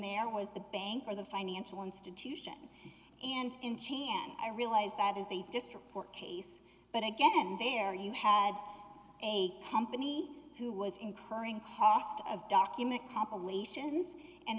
there was the bank or the financial institution and in chan i realize that is a district court case but again there you had a company who was incurring cost of document compilations an